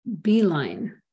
beeline